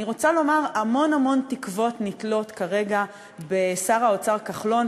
אני רוצה לומר: המון המון תקוות נתלות כרגע בשר האוצר כחלון,